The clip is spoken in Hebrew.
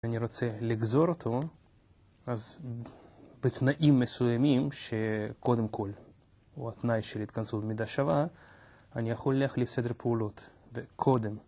אני רוצה לגזור אותו, אז בתנאים מסוימים, שקודם כל הוא התנאי של התכנסות מידה שווה, אני יכול ללכת לסדר פעולות, וקודם